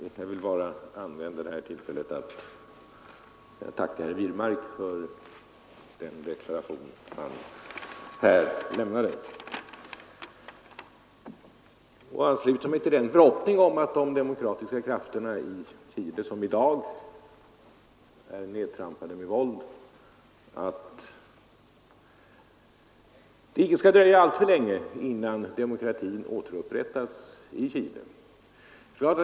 Jag vill bara använda det här tillfället till att tacka herr Wirmark för den deklaration han här lämnade och ansluta mig till den, i hoppet om att det inte skall dröja alltför länge innan demokratin, som i dag är nedtrampad med våld, återupprättas i Chile.